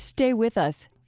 stay with us.